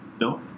No